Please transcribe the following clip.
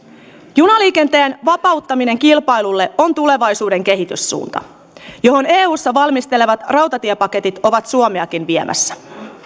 junaliikenteen vapauttaminen kilpailulle on tulevaisuuden kehityssuunta johon eussa valmisteltavat rautatiepaketit ovat suomeakin viemässä